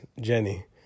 Jenny